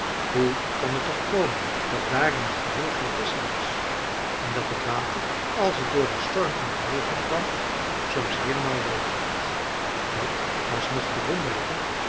hoe kon het toch komen dat daar in t geheel geen visch in was en dat het water als het door den storm in beweging kwam soms heelemaal rood werd dat was nog te wonderlijker